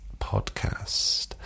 podcast